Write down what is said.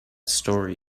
story